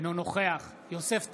אינו נוכח יוסף טייב,